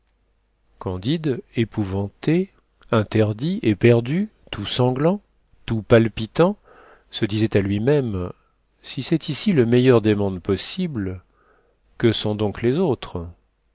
candide épouvanté interdit éperdu tout sanglant tout palpitant se disait à lui-même si c'est ici le meilleur des mondes possibles que sont donc les autres